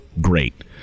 great